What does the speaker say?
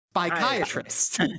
Psychiatrist